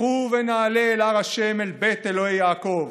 לכו ונעלה אל הר ה' אל בית אלהי יעקב,